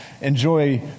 enjoy